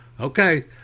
okay